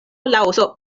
laoso